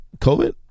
COVID